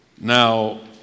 now